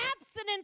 abstinence